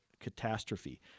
catastrophe